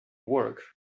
work